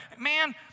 Man